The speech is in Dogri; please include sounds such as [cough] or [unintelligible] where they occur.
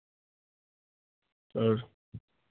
[unintelligible]